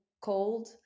cold